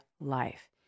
life